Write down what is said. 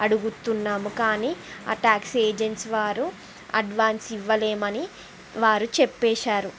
అడుగుతున్నాము కానీ ఆ ట్యాక్సీ ఏజెంట్స్ వారు అడ్వాన్స్ ఇవ్వలేమని వారు చెప్పేశారు